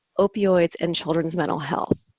opioids, and children's mental health.